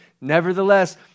Nevertheless